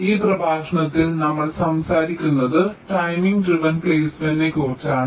ഈ പ്രഭാഷണത്തിൽ നമ്മൾ സംസാരിക്കുന്നത് ടൈമിംഗ് ഡ്രൈവൺ പ്ലെയ്സ്മെന്റിനെക്കുറിച്ചാണ്